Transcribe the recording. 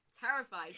terrified